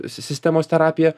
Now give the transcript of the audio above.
si sistemos terapija